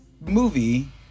movie